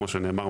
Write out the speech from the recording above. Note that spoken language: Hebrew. כמו שנאמר,